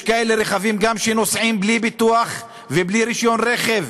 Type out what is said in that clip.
יש כלי רכב שגם נוסעים בלי ביטוח ובלי רישיון רכב.